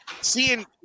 seeing